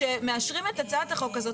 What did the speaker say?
וכשמאשרים את הצעת החוק הזה,